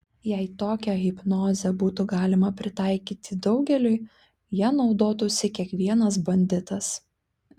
jei tokią hipnozę būtų galima pritaikyti daugeliui ja naudotųsi kiekvienas banditas